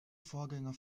vorgänger